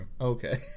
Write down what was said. Okay